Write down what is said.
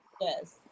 Yes